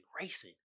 racing